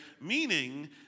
Meaning